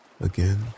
Again